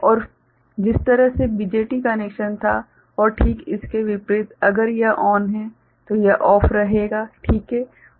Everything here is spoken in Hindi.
और जिस तरह से BJT कनेक्शन था और ठीक इसके विपरीत अगर यह ON है तो यह OFF होगा ठीक है